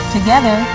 Together